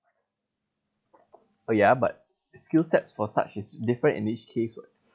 oh yeah but skill sets for such is different in each case [what]